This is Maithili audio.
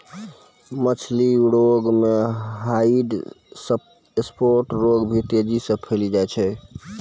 मछली रोग मे ह्वाइट स्फोट रोग भी तेजी से फैली जाय छै